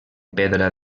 pedra